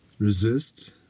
Resist